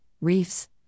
reefs